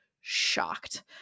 shocked